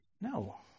No